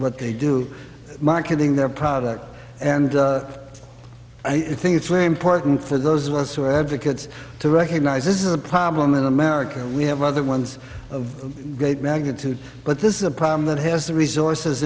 what they do marketing their product and i think it's very important for those of us who are advocates to recognize this is a problem in america we have other ones of great magnitude but this is a problem that has the resources